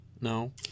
no